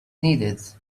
needed